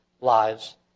lives